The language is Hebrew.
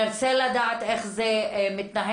נרצה לדעת איך זה מתנהל,